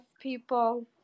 people